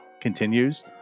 continues